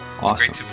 Awesome